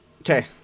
Okay